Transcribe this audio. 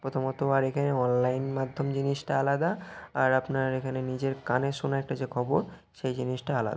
প্রথমত আর এখানে অনলাইন মাধ্যম জিনিসটা আলাদা আর আপনার এখানে নিজের কানে শোনা একটা যে খবর সেই জিনিসটা আলা